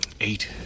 eight